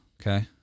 okay